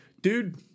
dude